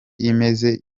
imeze